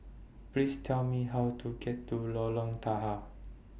Please Tell Me How to get to Lorong Tahar